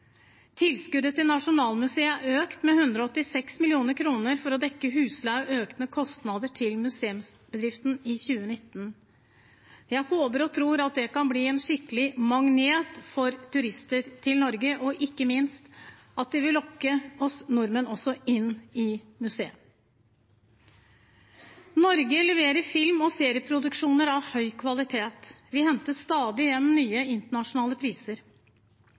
Tilskuddet til Nasjonalmuseet er økt med 186 mill. kr for å dekke husleie og økte kostnader til museumsdriften i 2019. Jeg håper og tror det kan bli en skikkelig magnet for turister til Norge, og ikke minst at det også vil lokke oss nordmenn inn i museet. Norge leverer film- og serieproduksjoner av høy kvalitet. Vi henter stadig hjem nye internasjonale priser.